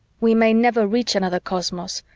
we may never reach another cosmos,